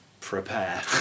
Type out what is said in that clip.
prepare